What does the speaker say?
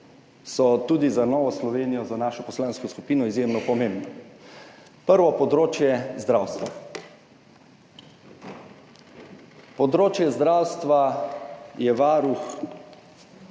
so tudi za Novo Slovenijo, za našo poslansko skupino izjemno pomembna. Prvo je področje zdravstva. Področje zdravstva je Varuh